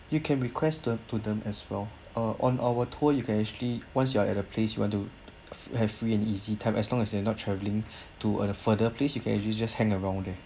you can request them to them as well uh on our tour you can actually once you are at a place you want to fr~ you have free and easy time as long as they are not travelling to a further place you can actually just hang around there